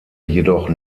jedoch